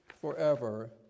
forever